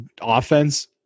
offense